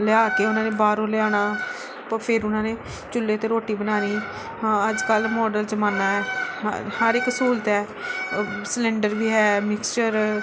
ਲਿਆ ਕੇ ਉਹਨਾਂ ਨੇ ਬਾਹਰੋਂ ਲਿਆਉਣਾ ਫਿਰ ਉਹਨਾਂ ਨੇ ਚੁੱਲ੍ਹੇ 'ਤੇ ਰੋਟੀ ਬਣਾਉਣੀ ਹਾਂ ਅੱਜ ਕੱਲ੍ਹ ਮੌਡਰਨ ਜ਼ਮਾਨਾ ਹੈ ਹਰ ਇੱਕ ਸਹੂਲਤ ਹੈ ਸਿਲੰਡਰ ਵੀ ਹੈ ਮਿਕਸਚਰ